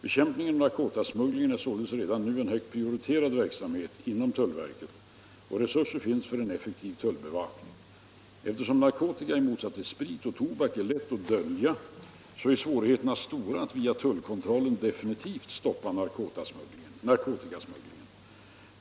Bekämpningen av narkotikasmugglingen är således redan nu en högt prioriterad verksamhet inom tullverket, och resurser finns för en effektiv tullbevakning. Eftersom narkotika i motsats till sprit och tobak är lätt att dölja är svårigheterna stora att via tullkontrollen definitivt stoppa narkotikasmugglingen.